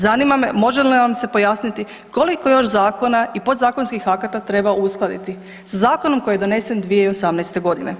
Zanima me može li nam se pojasniti koliko još zakona i podzakonskih akata treba uskladiti sa zakonom koji je donesen 2018. godine?